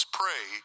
pray